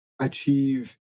achieve